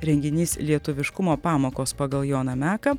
renginys lietuviškumo pamokos pagal joną meką